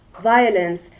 Violence